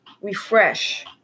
refresh